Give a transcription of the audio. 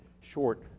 short